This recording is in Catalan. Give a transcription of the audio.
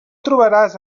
trobaràs